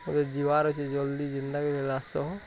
ମୋର ଯିବାର ଅଛି ଜଲ୍ଦି ଯିନ୍ତା କରି ଆସ